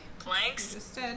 Planks